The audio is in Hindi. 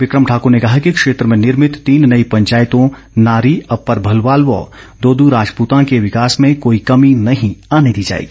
बिकम ठाकूर ने कहा कि क्षेत्र में निर्भित तीन नई पंचायतों नारी अप्पर भलवाल व दोद् राजपूतां के विकास में कोई कमी नहीं आने दी जाएगी